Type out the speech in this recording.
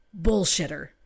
Bullshitter